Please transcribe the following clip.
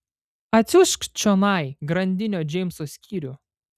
atsiųsk čionai grandinio džeimso skyrių